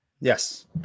Yes